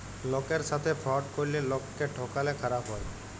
লকের সাথে ফ্রড ক্যরলে লকক্যে ঠকালে খারাপ হ্যায়